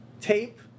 tape